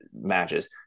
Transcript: matches